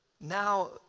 now